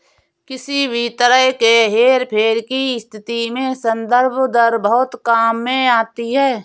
किसी भी तरह के हेरफेर की स्थिति में संदर्भ दर बहुत काम में आती है